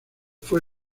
fue